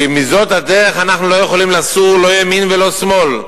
שמזאת הדרך אנחנו לא יכולים לסור לא לימין ולא לשמאל.